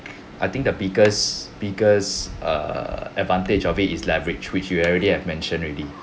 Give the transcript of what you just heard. I think the biggest biggest err advantage of it is leverage which you already have mention really